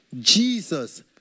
Jesus